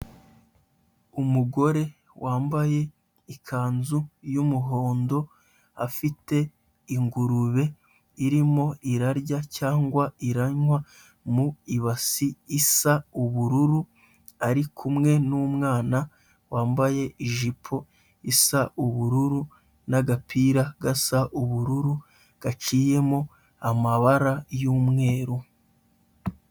Umugore wambaye ikanzu y'umuhondo, afite ingurube irimo irarya cyangwa iranywa mu ibasi isa ubururu ari kumwe n'umwana wambaye ijipo isa ubururu n'agapira gasa ubururu gaciyemo amabara y'umweru.